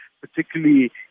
particularly